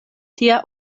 tia